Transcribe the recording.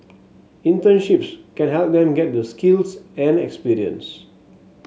internships can help them get the skills and experience